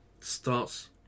starts